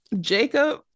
Jacob